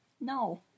No